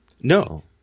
No